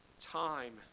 time